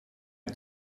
hat